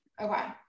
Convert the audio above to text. Okay